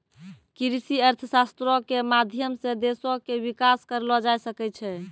कृषि अर्थशास्त्रो के माध्यम से देशो के विकास करलो जाय सकै छै